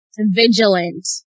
vigilant